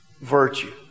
virtue